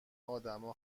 ادما